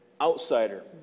outsider